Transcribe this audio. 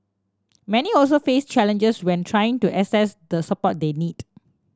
many also face challenges when trying to access the support they need